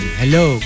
hello